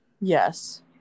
Yes